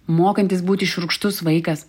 mokantis būti šiurkštus vaikas